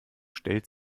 stellt